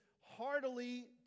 heartily